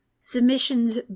submissions